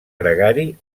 gregari